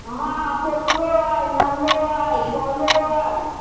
हँ पोखरो अइ नलो अइ कलो अइ